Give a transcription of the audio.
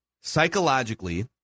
psychologically